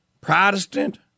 Protestant